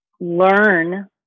learn